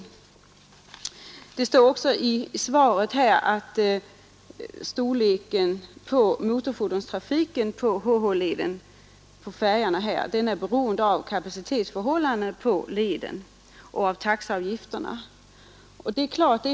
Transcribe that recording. I svaret säger kommunikationsministern att storleken av den trafik som kommer att ligga kvar på färjorna blir beroende av bl.a. kapacitetsförhållandena på färjeleden och på de avgifter som kommer att tas ut.